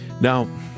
Now